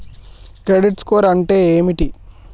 Credit score అంటే ఏమిటి?